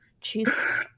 Jesus